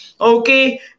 Okay